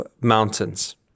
mountains